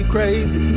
crazy